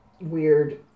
weird